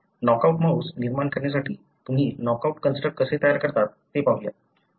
knockout mouse निर्माण करण्यासाठी तुम्ही नॉकआउट कंस्ट्रक्ट कसे तयार करता ते पाहू या